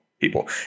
people